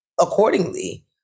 accordingly